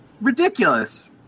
ridiculous